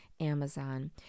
Amazon